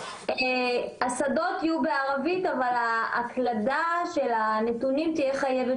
השדות יהיו בערבית אבל הקלדת הנתונים תהיה חייבת